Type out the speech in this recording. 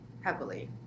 heavily